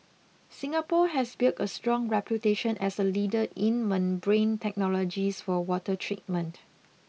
Singapore has built a strong reputation as a leader in membrane technologies for water treatment